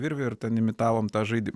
virvę ir ten imitavom tą žaidimą